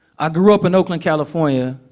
i grew up in oakland, california,